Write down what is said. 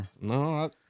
no